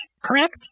correct